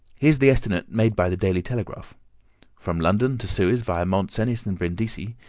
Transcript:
here is the estimate made by the daily telegraph from london to suez via mont cenis and brindisi,